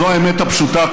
זו האמת הפשוטה.